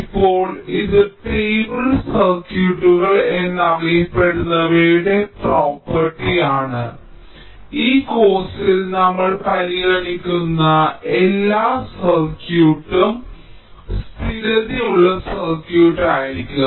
ഇപ്പോൾ ഇത് ടേബിൾ സർക്യൂട്ടുകൾ എന്നറിയപ്പെടുന്നവയുടെ പ്രോപ്പർട്ടി ആണ് ഈ കോഴ്സിൽ നമ്മൾ പരിഗണിക്കുന്ന എല്ലാ സർക്യൂട്ടും സ്ഥിരതയുള്ള സർക്യൂട്ടായിരിക്കും